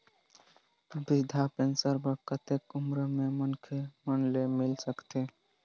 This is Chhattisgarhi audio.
वृद्धा पेंशन बर कतेक उम्र के मनखे मन ल मिल सकथे?